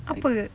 apa